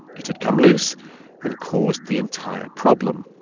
it had come loose and caused the entire problem